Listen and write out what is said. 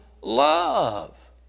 love